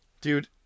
Dude